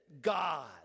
God